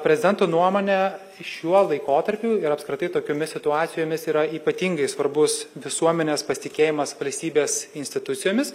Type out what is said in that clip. prezidento nuomone šiuo laikotarpiu ir apskritai tokiomis situacijomis yra ypatingai svarbus visuomenės pasitikėjimas valstybės institucijomis